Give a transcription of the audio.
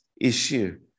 issue